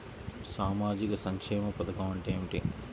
సామాజిక సంక్షేమ పథకం అంటే ఏమిటి?